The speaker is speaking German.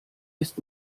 ist